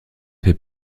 fait